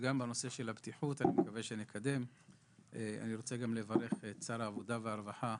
אני מקווה שנקדם גם את נושא הבטיחות.